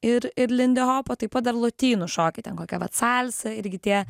ir ir lindyhopo taip pat dar lotynų šokiai ten kokia vat salsa irgi tie